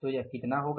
तो यह कितना होगा